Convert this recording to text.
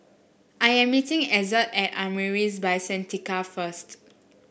I am meeting Ezzard at Amaris By Santika first